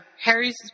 Harry's